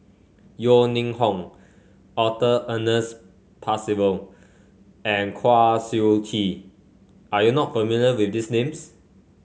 Yeo Ning Hong Arthur Ernest Percival and Kwa Siew Tee are you not familiar with these names